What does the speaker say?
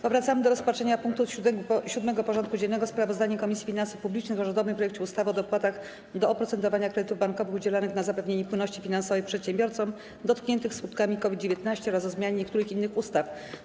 Powracamy do rozpatrzenia punktu 7. porządku dziennego: Sprawozdanie Komisji Finansów Publicznych o rządowym projekcie ustawy o dopłatach do oprocentowania kredytów bankowych udzielanych na zapewnienie płynności finansowej przedsiębiorcom dotkniętym skutkami COVID-19 oraz o zmianie niektórych innych ustaw.